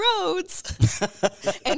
roads